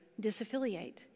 disaffiliate